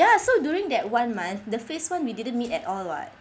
ya so during that one month the phase one we didn't meet at all [what]